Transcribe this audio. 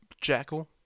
Jackal